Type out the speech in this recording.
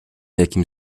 jakim